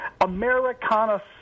Americana